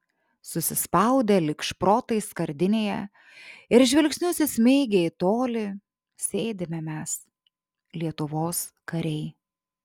susispaudę lyg šprotai skardinėje ir žvilgsnius įsmeigę į tolį sėdime mes lietuvos kariai